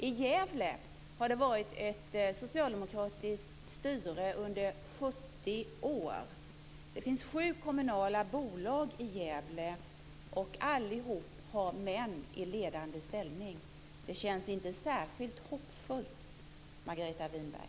I Gävle har det varit socialdemokratiskt styre under 70 år. Det finns sju kommunala bolag i Gävle. Alla har män i ledande ställning. Det känns inte särskilt hoppfullt, Margareta Winberg.